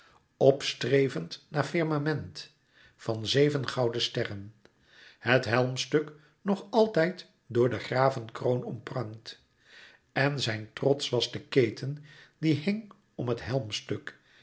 opstrevend naar firmament van zeven gouden sterren het helmstuk nog altijd door de gravenkroon omprangd en zijn trots was de keten die hing om het